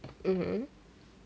mmhmm